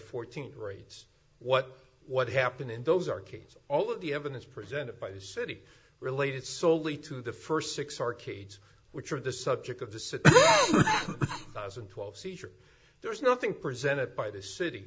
fourteenth raids what what happened in those arcades all of the evidence presented by the city related solely to the first six arcades which are the subject of the six thousand and twelve seizure there is nothing presented by the city